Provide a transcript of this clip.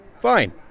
Fine